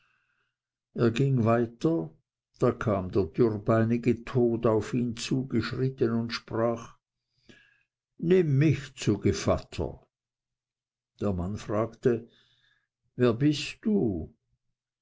er ging weiter da kam der dürrbeinige tod auf ihn zugeschritten und sprach nimm mich zu gevatter der mann fragte wer bist du